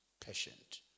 patient